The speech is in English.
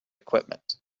equipment